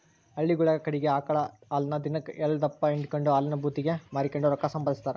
ಹಳ್ಳಿಗುಳ ಕಡಿಗೆ ಆಕಳ ಹಾಲನ್ನ ದಿನಕ್ ಎಲ್ಡುದಪ್ಪ ಹಿಂಡಿಕೆಂಡು ಹಾಲಿನ ಭೂತಿಗೆ ಮಾರಿಕೆಂಡು ರೊಕ್ಕ ಸಂಪಾದಿಸ್ತಾರ